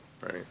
Right